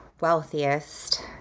wealthiest